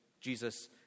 Jesus